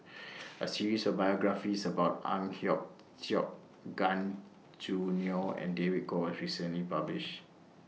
A series of biographies about Ang Hiong Chiok Gan Choo Neo and David Kwo recently published